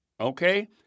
okay